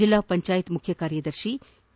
ಜಿಲ್ಲಾ ಪಂಚಾಯತ್ ಮುಖ್ಯ ಕಾರ್ಯದರ್ತಿ ಕೆ